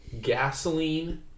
gasoline